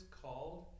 called